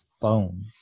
phone